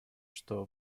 что